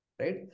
right